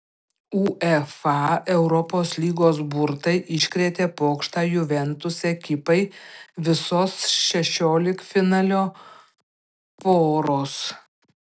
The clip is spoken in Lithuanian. uefa europos lygos burtai iškrėtė pokštą juventus ekipai visos šešioliktfinalio poros